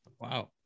Wow